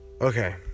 Okay